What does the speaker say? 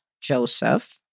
Joseph